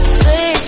say